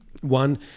One